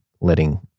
letting